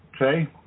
Okay